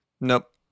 Nope